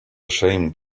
ashamed